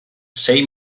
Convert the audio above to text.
sei